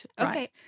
okay